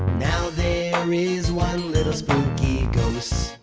now there is one little spooky ghost.